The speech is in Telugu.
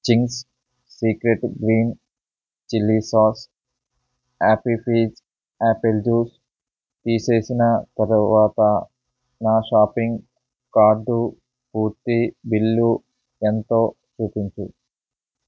Ching's secret green chilli sauce Appy Fizz apple juice తీసేసిన తరువాత నా షాపింగ్ కార్ట్ పూర్తి బిల్లు ఎంతో చూపించు